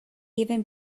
even